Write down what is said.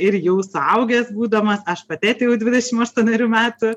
ir jau suaugęs būdamas aš pati atėjau dvidešim aštuonerių metų